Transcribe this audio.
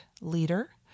leader